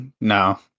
No